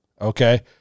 Okay